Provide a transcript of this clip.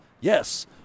Yes